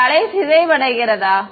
இந்த அலை சிதைவடைகிறதா